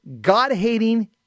god-hating